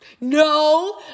No